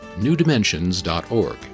newdimensions.org